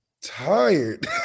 tired